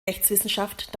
rechtswissenschaft